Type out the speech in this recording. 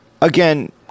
again